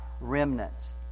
remnants